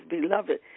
beloved